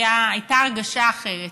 הייתה הרגשה אחרת.